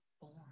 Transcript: born